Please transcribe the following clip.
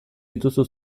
dituzu